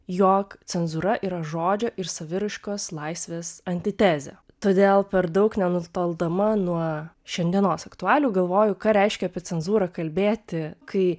jog cenzūra yra žodžio ir saviraiškos laisvės antitezė todėl per daug nenutoldama nuo šiandienos aktualijų galvoju ką reiškia apie cenzūrą kalbėti kai